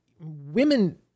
women